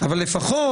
אבל לפחות,